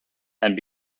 and